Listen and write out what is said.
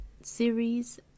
series